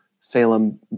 Salem